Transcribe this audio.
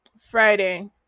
Friday